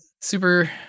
super